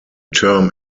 term